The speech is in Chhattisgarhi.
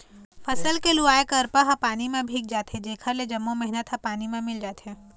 फसल के लुवाय करपा ह पानी म भींग जाथे जेखर ले जम्मो मेहनत ह पानी म मिल जाथे